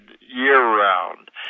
year-round